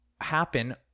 happen